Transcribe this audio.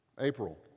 April